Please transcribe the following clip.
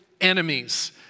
enemies